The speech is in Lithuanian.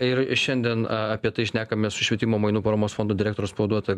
ir šiandien apie tai šnekamės su švietimo mainų paramos fondo direktoriaus pavaduotoja